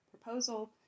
proposal